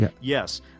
yes